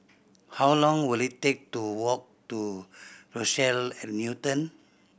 how long will it take to walk to Rochelle at Newton